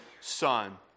son